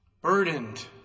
Burdened